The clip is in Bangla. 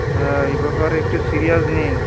হ্যাঁ এ ব্যাপারে একটু সিরিয়াস নিন